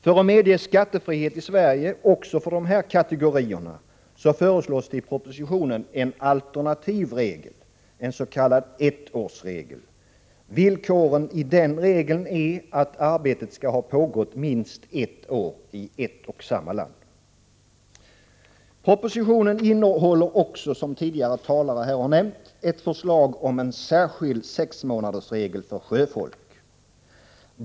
För att medge skattefrihet i Sverige också för dessa kategorier föreslås i propositionen en alternativ regel, en s.k. ettårsregel. Villkoret i denna regel är att arbetet skall ha pågått i minst ett år i ett och samma land. Propositionen innehåller också, som tidigare talare har nämnt, ett förslag om en särskild sexmånadersregel för sjöfolk.